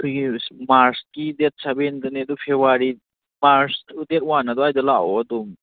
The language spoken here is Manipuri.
ꯑꯩꯈꯣꯏꯒꯤ ꯃꯥꯥꯔ꯭ꯁꯀꯤ ꯗꯦꯠ ꯁꯕꯦꯟ ꯗꯅꯦ ꯑꯗꯨ ꯐꯦꯕ꯭ꯋꯥꯔꯤ ꯃꯥꯔꯆ ꯗꯦꯠ ꯋꯥꯟ ꯑꯗ꯭ꯋꯥꯏꯗ ꯂꯥꯛꯑꯣ ꯑꯗꯨꯝ